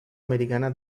americana